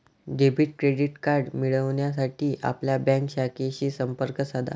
debit credit card मिळविण्यासाठी आपल्या bank शाखेशी संपर्क साधा